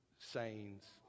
sayings